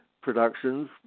productions